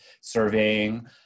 surveying